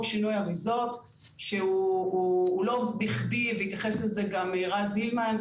שינוי אריזות שהוא לא בכדי והתייחס לזה גם רן סילמן,